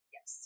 Yes